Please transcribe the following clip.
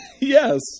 Yes